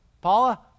Paula